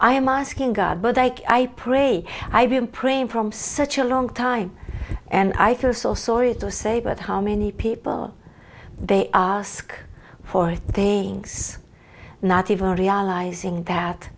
god but i pray i been praying from such a long time and i can so sorry to say but how many people they ask for things not even realizing that